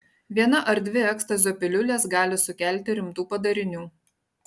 viena ar dvi ekstazio piliulės gali sukelti rimtų padarinių